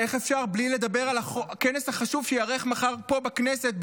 איך אפשר בלי לדבר על הכנס החשוב שייערך מחר פה בכנסת,